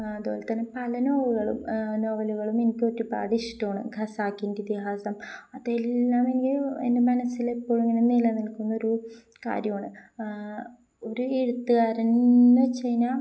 അതുപോലെ തന്നെ പല നോവലുകളും എനിക്കൊരുപാട് ഇഷ്ടമാണ് ഖസാക്കിൻ്റെ ഇതിഹാസം അതെല്ലാം എൻ്റെ മനസ്സില് എപ്പോഴും ഇങ്ങനെ നിലനിൽക്കുന്നൊരു കാര്യമാണ് ഒരു എഴുത്തുകാരനെന്ന് വെച്ചുകഴിഞ്ഞാല്